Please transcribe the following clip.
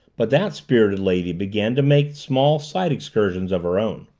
but that spirited lady began to make small side excursions of her own.